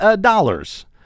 dollars